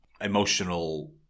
emotional